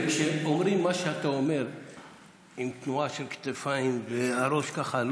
כשאומרים מה שאתה אומר עם תנועה של כתפיים והראש ככה,